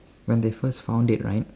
when they first found it right